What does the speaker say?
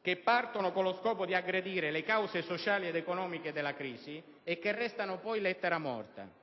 che partono con lo scopo di aggredire le cause sociali ed economiche della crisi e che restano poi lettera morta.